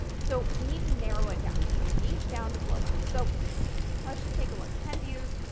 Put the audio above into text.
so we need to narrow it down. we need to niche down to blow up. so let's just take a look. ten views,